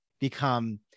become